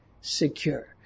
secure